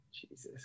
Jesus